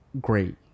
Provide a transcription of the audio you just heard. great